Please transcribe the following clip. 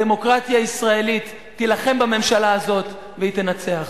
הדמוקרטיה הישראלית תילחם בממשלה הזאת, והיא תנצח.